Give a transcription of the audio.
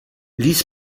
ließ